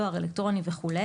דואר אלקטרוני וכו',